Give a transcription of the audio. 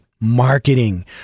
marketing